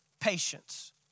patience